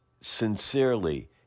sincerely